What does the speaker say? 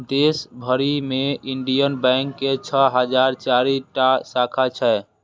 देश भरि मे इंडियन बैंक के छह हजार चारि टा शाखा छै